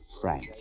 Frank